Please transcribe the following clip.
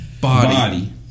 body